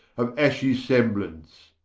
of ashy semblance,